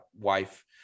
wife